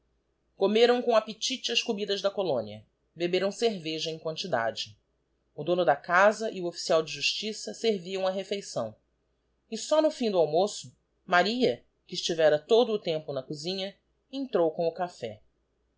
comeram com appetite as comidas da colónia beberam cerveja em quantidade o dono da casa e o ofíicial de justiça serviam a refeição e só no fim do almoço maria que estivera todo o tempo na cozinha entrou com o café